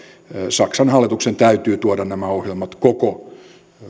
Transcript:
saksan hallituksen täytyy tuoda nämä ohjelmat koko